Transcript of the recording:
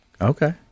Okay